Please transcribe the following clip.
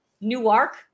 Newark